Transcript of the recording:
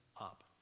up